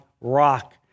rock